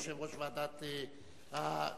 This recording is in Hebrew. יושב-ראש ועדת הכנסת,